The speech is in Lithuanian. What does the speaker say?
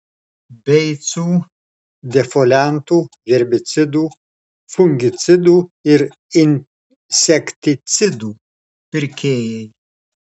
beicų defoliantų herbicidų fungicidų ir insekticidų pirkėjai